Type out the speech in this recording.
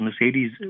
Mercedes